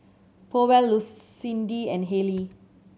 Powell Lucindy and Haylie